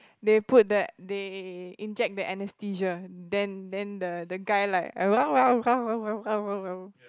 they put the they inject the anesthesia then then the the guy like